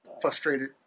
frustrated